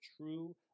true